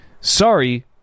Sorry